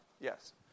Yes